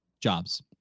jobs